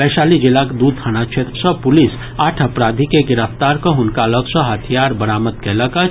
वैशाली जिलाक दू थाना क्षेत्र सॅ पुलिस आठ अपराधी के गिरफ्तार कऽ हुनका लऽग सॅ हथियार बरामद कयलक अछि